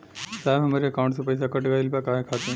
साहब हमरे एकाउंट से पैसाकट गईल बा काहे खातिर?